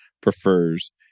prefers